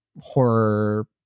horror